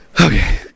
okay